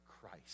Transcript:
Christ